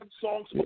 songs